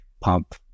pump